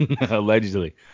Allegedly